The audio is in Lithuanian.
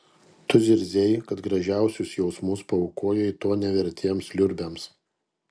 tu zirzei kad gražiausius jausmus paaukojai to nevertiems liurbiams